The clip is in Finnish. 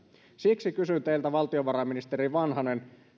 siksi kysyn teiltä valtiovarainministeri vanhanen